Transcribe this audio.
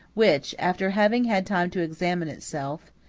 which, after having had time to examine itself,